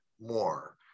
more